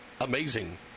amazing